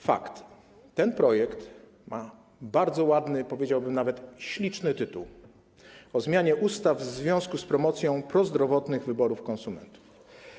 Fakt, ten projekt ma bardzo ładny, powiedziałbym nawet śliczny tytuł: o zmianie niektórych ustaw w związku z promocją prozdrowotnych wyborów konsumentów.